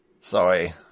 Sorry